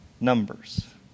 numbers